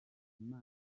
inama